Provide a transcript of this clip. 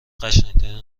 قشنگترین